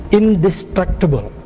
indestructible